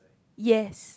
yes